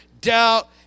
doubt